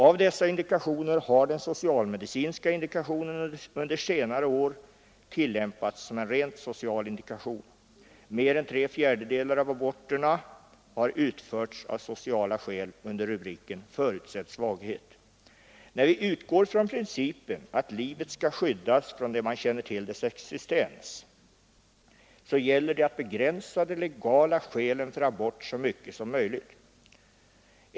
Av dessa indikationer har den socialmedicinska indikationen under senare år tillämpats som en rent social indikation. Mer än tre fjärdedelar av aborterna har utförts av sociala skäl under rubriken Förutsedd svaghet. När vi utgår från principen att livet skall skyddas från den tidpunkt då man först känner till dess existens, gäller det att begränsa de legala skälen för abort så mycket som möjligt.